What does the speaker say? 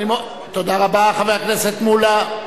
תודה רבה, חבר הכנסת מולה.